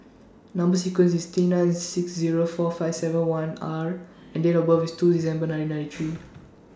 Number sequence IS T nine six Zero four five seven one R and Date of birth IS two December ninety ninety three